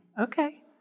Okay